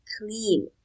clean